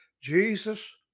Jesus